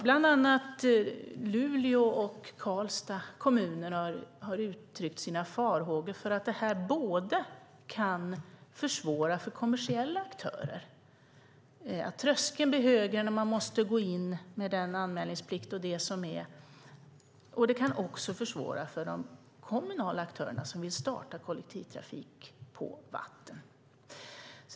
Bland annat Luleå och Karlstads kommuner har uttryckt sina farhågor för att det här kan försvåra för kommersiella aktörer, att tröskeln blir högre med en anmälningsplikt, och att det också kan försvåra för de kommunala aktörer som vill starta kollektivtrafik på vatten.